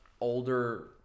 older